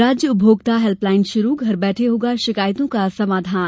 राज्य उपभोक्ता हेल्पलाईन शुरू घर बैठे होगा शिकायतों का समाधान